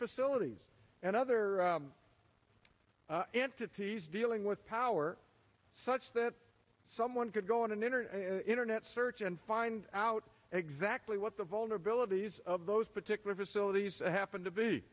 facilities and other entities dealing with power such that someone could go on an internet internet search and find out exactly what the vulnerabilities of those particular facilities happened to be